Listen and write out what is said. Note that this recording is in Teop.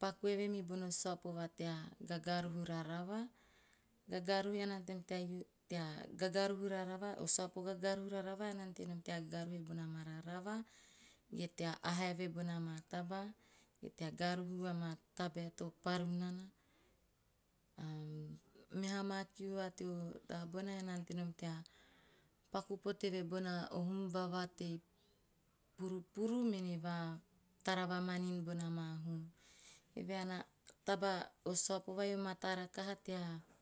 paku eve mibono saopo va tea gagaruhu rarava. O saopo gaaruhu rarava ean na ante nom tea aha eve bona ma taba, ge tea garuhu e bona ma tabae to paru nana, meha na kiu va teo taba bona, ean na ante nom tea paku pote eve bona hum vavatei purupuru mene va tara vamanin bona ma hum. Eve he o taba o saopo vai o mataa rakaha va tea